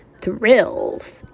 thrills